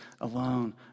alone